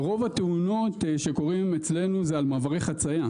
רוב התאונות שקורות אצלנו זה על מעברי חציה.